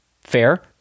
Fair